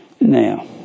Now